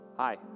Hi